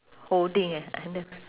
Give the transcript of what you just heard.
holding eh on the